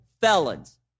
felons